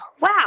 wow